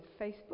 Facebook